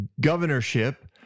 governorship